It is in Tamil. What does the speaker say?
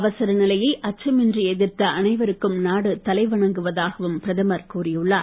அவசரநிலையை அச்சமின்றி எதிர்த்த அனைவருக்கும் நாடு தலை வணங்குவதாகவும் பிரதமர் கூறியுள்ளார்